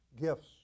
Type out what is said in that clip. gifts